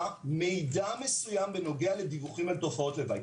מידע מסוים בנוגע לדיווחים על תופעות לוואי.